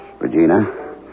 Regina